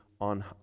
on